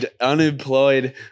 Unemployed